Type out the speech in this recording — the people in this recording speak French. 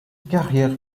carrière